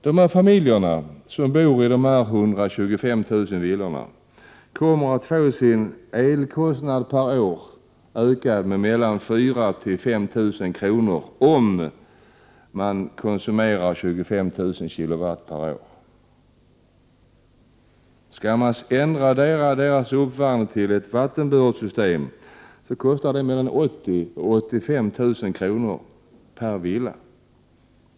De familjer som bor i dessa 125 000 villor kommer att få sin elkostnad per år ökad med mellan 4 000 och 5 000 kr., om de konsumerar 25 000 kilowatt per år. Skall man ändra deras förbrukning till ett vattenberoende system, kostar det mellan 80 000 och 85 000 kr. per villa och år.